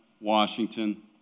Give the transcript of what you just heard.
Washington